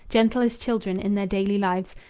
gentle as children in their daily lives,